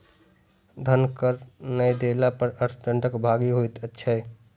धन कर नै देला पर अर्थ दंडक भागी होइत छै